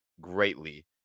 greatly